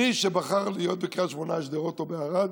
מי שבחר להיות בקריית שמונה, בשדרות או בערד,